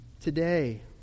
today